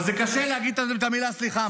אבל זה קשה להגיד את המילה סליחה.